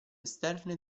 esterne